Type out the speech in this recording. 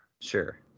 Sure